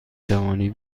توانی